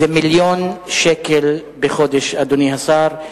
זה מיליון שקל בחודש, אדוני השר.